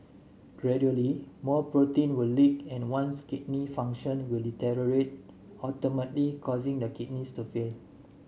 gradually more protein will leak and one's kidney function will deteriorate ultimately causing the kidneys to fail